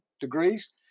degrees